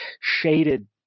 shaded